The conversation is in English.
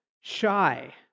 shy